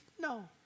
no